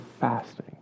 fasting